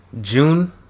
June